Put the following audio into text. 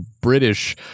British